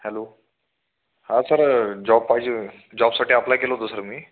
hello हां sir job पाहिजे जॉबसाठी अप्लाय केलं होतं सर मी